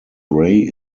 ray